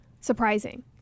surprising